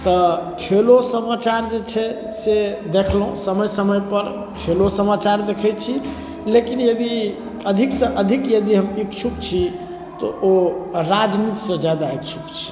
तऽ खेलो समाचार जे छै से देखलहुँ समय समय पर खेलो समाचार देखैत छी लेकिन यदि अधिकसँ अधिक यदि हम इक्छुक छी तऽ ओ राजनीतिसँ जादा इक्छुक छी